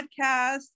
podcast